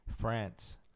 France